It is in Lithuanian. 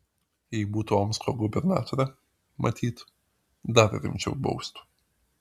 jei būtų omsko gubernatore matyt dar rimčiau baustų